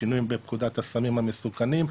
שינויים בפקודת הסמים המסוכנים.